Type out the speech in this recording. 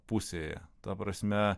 pusėje ta prasme